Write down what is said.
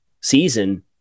season